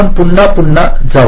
आपण पुन्हा पुन्हा जा